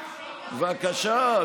אני מוכן לשאול